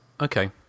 Okay